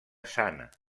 sana